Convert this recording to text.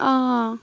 آ